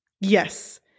Yes